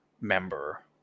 member